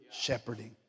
shepherding